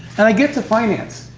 and i get to finance,